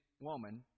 woman